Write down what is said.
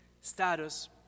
status